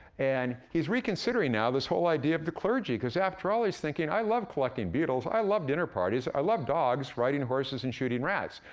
and he's reconsidering now this whole idea of the clergy, cause, after all, he's thinking, i love collecting beetles, i love dinner parties, i love dogs, riding horses, and shooting rats.